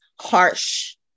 harsh